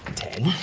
ten,